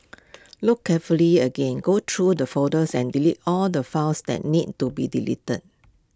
look carefully again go through the folders and delete all the files that need to be deleted